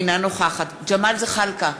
אינה נוכחת ג'מאל זחאלקה,